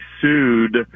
sued